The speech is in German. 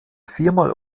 viermal